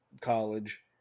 college